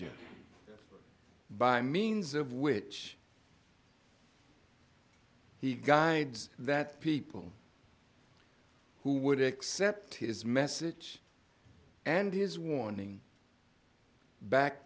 by means of which he guides that people who would accept his message and his warning back